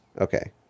Okay